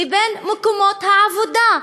ובין מקומות העבודה,